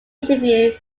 interview